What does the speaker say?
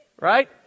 Right